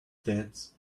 dad’s